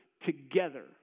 together